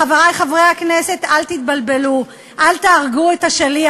חברי חברי הכנסת, אל תתבלבלו, אל תהרגו את השליח.